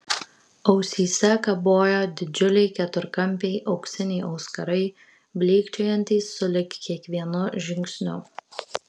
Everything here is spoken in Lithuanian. ausyse kabojo didžiuliai keturkampiai auksiniai auskarai blykčiojantys sulig kiekvienu žingsniu